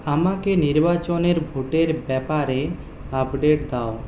আমাকে নির্বাচনের ভোটের ব্যাপারে আপডেট দাও